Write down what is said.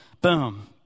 boom